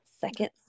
second